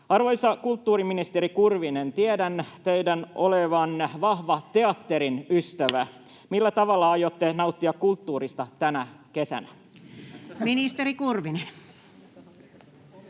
Arvoisa kulttuuriministeri Kurvinen, tiedän teidän olevan vahva teatterin ystävä. Millä tavalla aiotte nauttia kulttuurista tänä kesänä? Ministeri Kurvinen.